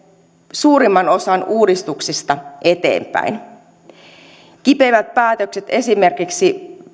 suurimman osan uudistuksista eteenpäin kiperät päätökset esimerkiksi